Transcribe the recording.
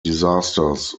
disasters